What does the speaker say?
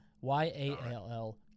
Y-A-L-L